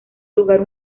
lugar